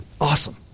Awesome